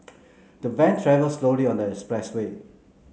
the van travelled slowly on the expressway